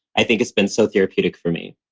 i think has been so therapeutic for me